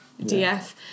DF